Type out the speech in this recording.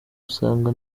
usanga